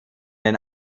den